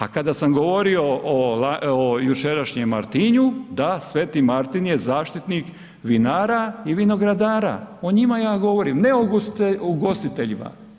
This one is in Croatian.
A kada sam govorio o jučerašnjem Martinju, da, sv. Martin je zaštitnik vinara i vinogradara, o njima ja govorim, ne o ugostiteljima.